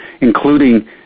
including